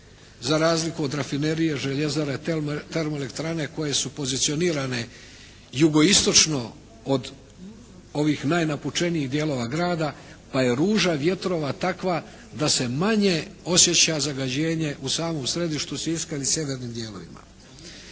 za razliku od rafinerije, željezare, termoelektrane koje su pozicionirane jugoistočno od ovih najnapučenijih dijelova grada pa je ruža vjetrova takva da se manje osjeća zagađenje u samom središtu Siska ili sjevernim dijelovima.